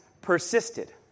persisted